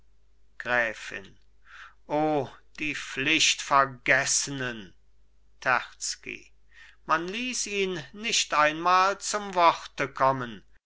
gräfin o die pflichtvergessenen terzky man ließ ihn nicht einmal zum worte kommen